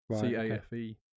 C-A-F-E